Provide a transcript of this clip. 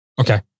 Okay